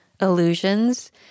Illusions